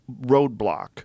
roadblock